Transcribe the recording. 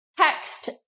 text